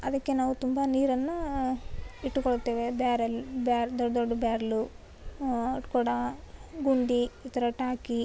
ಅದಕ್ಕೆ ನಾವು ತುಂಬ ನೀರನ್ನು ಇಟ್ಟುಕೊಳ್ಳುತ್ತೇವೆ ಬ್ಯಾರೆಲ್ ಬ್ಯಾ ದೊಡ್ಡ ದೊಡ್ಡ ಬ್ಯಾರ್ಲು ಕೊಡ ಗುಂಡಿ ಈ ಥರ ಟಾಕಿ